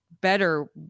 better